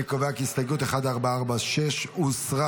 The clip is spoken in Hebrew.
אני קובע כי הסתייגות 1446 הוסרה.